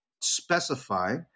specify